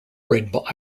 rainbow